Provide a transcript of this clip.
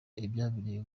ibyabereye